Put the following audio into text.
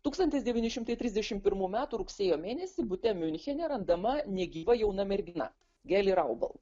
tūkstantis devyni šimtai trisdešimt pirmų metų rugsėjo mėnesį bute miunchene randama negyva jauna mergina geli raubl